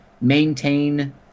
maintain